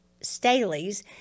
Staley's